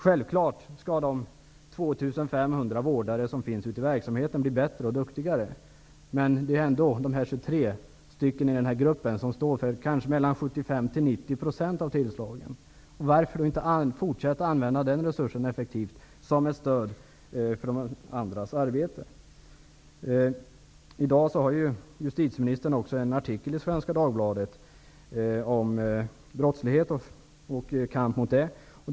Självfallet skall de 2 500 vårdare som finns ute i verksamheten bli bättre och duktigare. Men det är ändå dessa 23 personer i denna grupp som står för 75--90 % av tillslagen. Varför inte fortsätta att använda den resursen effektivt som ett stöd i andras arbete? I dag skriver Justitieministern i en artikel i Svenska Dagbladet om kampen mot brottsligheten.